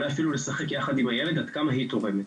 אולי אפילו לשחק יחד עם הילד עד כמה היא תורמת.